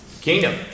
Kingdom